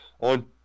on